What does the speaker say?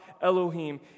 Elohim